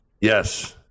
yes